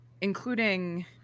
Including